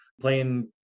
playing